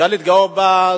אפשר להתגאות בה.